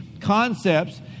concepts